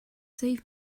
save